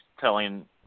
telling